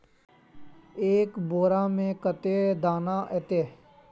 एक बोड़ा में कते दाना ऐते?